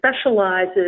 specializes